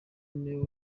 niwe